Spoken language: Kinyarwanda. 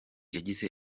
yagize